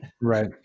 Right